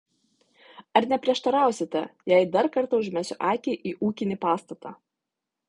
ar neprieštarausite jei dar kartą užmesiu akį į ūkinį pastatą